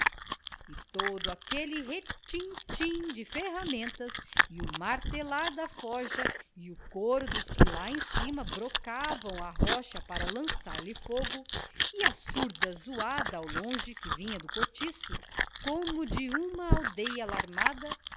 e todo aquele retintim de ferramentas e o martelar da forja e o coro dos que lá em cima brocavam a rocha para lançar-lhe fogo e a surda zoada ao longe que vinha do cortiço como de uma aldeia alarmada